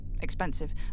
expensive